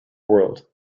world